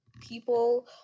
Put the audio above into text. people